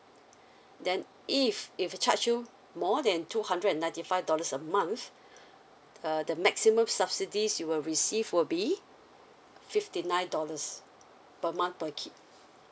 then if if they charge you more than two hundred and ninety five dollars a month uh the maximum subsidies you will receive will be fifty nine dollars uh per month per kid